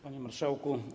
Panie Marszałku!